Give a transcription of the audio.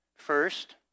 First